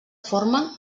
forma